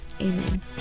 amen